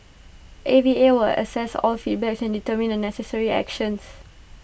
A V A will assess all feedback and determine the necessary actions